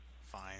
Fine